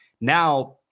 Now